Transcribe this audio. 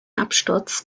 absturz